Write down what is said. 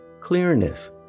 clearness